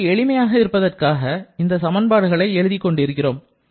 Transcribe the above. நமக்கு எளிமையாக இருப்பதற்காக இந்த சமன்பாடுகளை எழுதிக் கொண்டிருக்கிறோம்